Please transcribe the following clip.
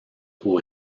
aux